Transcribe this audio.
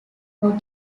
four